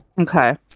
Okay